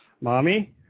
Mommy